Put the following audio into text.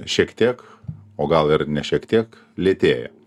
šiek tiek o gal ir ne šiek tiek lėtėja